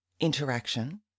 interaction